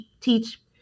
teach